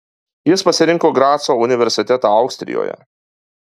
jis pasirinko graco universitetą austrijoje